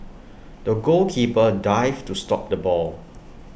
the goalkeeper dived to stop the ball